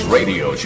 Radio